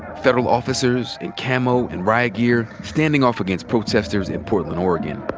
federal officers in camo and riot gear standing off against protesters in portland, oregon.